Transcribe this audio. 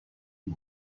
die